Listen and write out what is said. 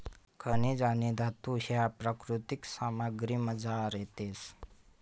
खनिजे आणि धातू ह्या प्राकृतिक सामग्रीमझार येतस